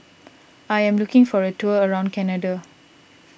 I am looking for a tour around Canada